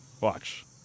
Watch